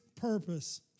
purpose